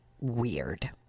weird